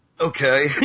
Okay